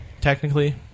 technically